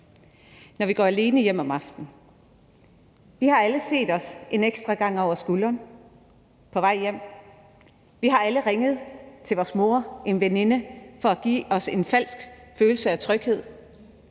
når vi går alene hjem om aftenen. Vi har alle set os en ekstra gang over skulderen på vej hjem. Vi har alle ringet til vores mor eller en veninde for at give os en falsk følelse af tryghed.